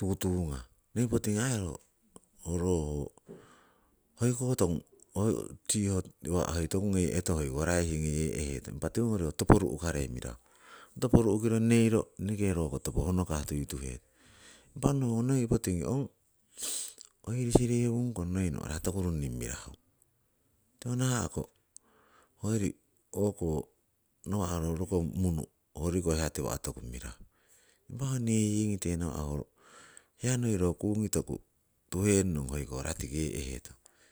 tutungah. Noi potingi aii ro hoiko toku ho siho oigi, ngoyee'hetong, mewa topo ru'karei mirahu. topo ru'kiro neiro impa roko topo honokah tuituhetong. Impah ongnowo noi potingi ong oiri sirewungkong noi toku runni mirahu, tiko nahako hoyori hoko nawah oijori rokon munu oijori koh tiwa' toku mirahu. Impah ho neyingite nawa' ho hiya noi ho kungi toku turong hoiko ratikee'hetong.